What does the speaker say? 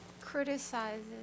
criticizes